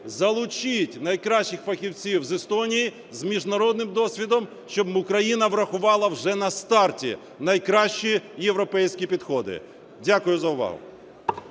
залучіть найкращих фахівців з Естонії з міжнародним досвідом, щоб Україна врахувала вже на старті найкращі європейські підходи. Дякую за увагу.